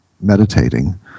meditating